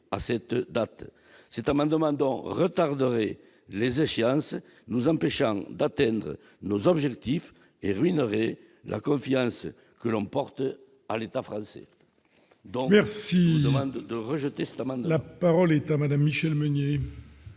à cette date, c'est un demandant retarderait les échéances, nous empêchant d'atteindre nos objectifs et ruinerait la confiance que l'on porte à l'État français, donc merci de de rejeter cet amendement.